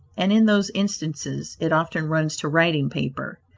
and in those instances it often runs to writing-paper.